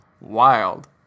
Wild